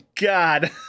God